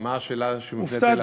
מה השאלה שמופנית אלי?